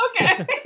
okay